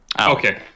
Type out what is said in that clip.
Okay